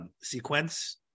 sequence